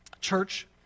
church